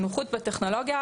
הנוחות בטכנולוגיה.